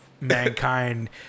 Mankind